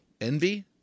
envy